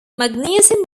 magnesium